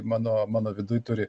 mano mano viduj turi